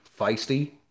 feisty